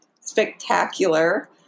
spectacular